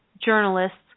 journalists